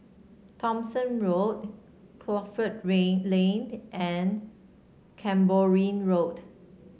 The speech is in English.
Thomson Road Crawford Lane Lane and Cranborne Road